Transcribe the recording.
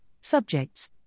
subjects